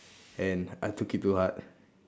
and I took it to heart